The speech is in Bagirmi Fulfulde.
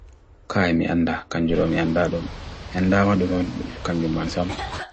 kai mi anda, kanjiromi anda do, anda waduhun kanjumansam